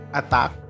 attack